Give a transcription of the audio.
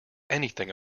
anything